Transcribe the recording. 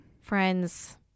Friends